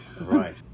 Right